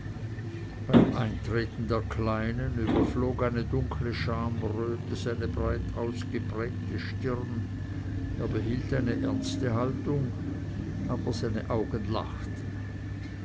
beim eintreten der kleinen überflog eine dunkle schamröte seine breit ausgeprägte stirn er behielt eine ernste haltung aber seine augen lachten